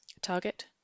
Target